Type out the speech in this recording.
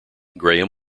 graham